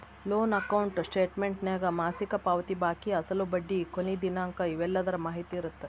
loan account ಸ್ಟೇಟಮೆಂಟ್ನ್ಯಾಗ ಮಾಸಿಕ ಪಾವತಿ ಬಾಕಿ ಅಸಲು ಬಡ್ಡಿ ಕೊನಿ ದಿನಾಂಕ ಇವೆಲ್ಲದರ ಮಾಹಿತಿ ಇರತ್ತ